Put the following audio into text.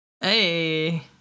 Hey